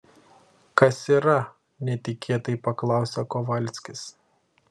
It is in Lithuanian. kas yra netikėtai paklausė kovalskis